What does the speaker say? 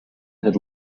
had